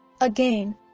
Again